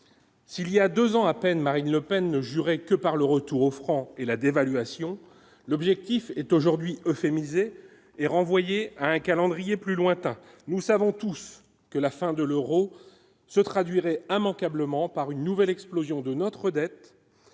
s'il y a 2 ans à peine, Marine Le Pen ne jurait que par le retour au franc et la dévaluation, l'objectif est aujourd'hui euphémiser est renvoyé à un calendrier plus lointain, nous savons tous que la fin de l'Euro se traduirait immanquablement par une nouvelle explosion de notre dette,